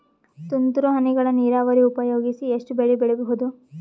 ತುಂತುರು ಹನಿಗಳ ನೀರಾವರಿ ಉಪಯೋಗಿಸಿ ಎಷ್ಟು ಬೆಳಿ ಬೆಳಿಬಹುದು?